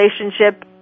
relationship